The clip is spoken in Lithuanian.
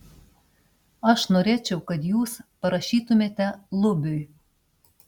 aš norėčiau kad jūs parašytumėte lubiui